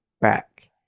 back